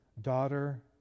Daughter